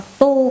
tu